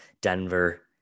Denver